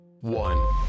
one